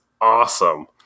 awesome